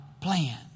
plan